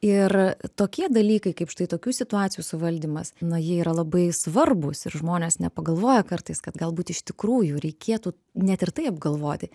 ir tokie dalykai kaip štai tokių situacijų suvaldymas na jie yra labai svarbūs ir žmonės nepagalvoja kartais kad galbūt iš tikrųjų reikėtų net ir tai apgalvoti